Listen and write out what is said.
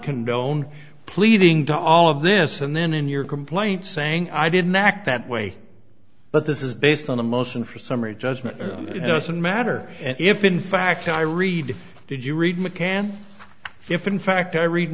condone pleading to all of this and then in your complaint saying i didn't act that way but this is based on a motion for summary judgment doesn't matter if in fact i read did you read mccann if in fact i read